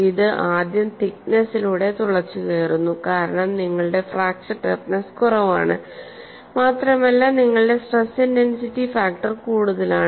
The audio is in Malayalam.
ഇത് ആദ്യം തിക്നെസിലൂടെ തുളച്ചുകയറുന്നു കാരണം നിങ്ങളുടെ ഫ്രാക്ച്ചർ ടഫ്നെസ്സ് കുറവാണ് മാത്രമല്ല നിങ്ങളുടെ സ്ട്രെസ് ഇന്റൻസിറ്റി ഫാക്ടർ കൂടുതലാണ്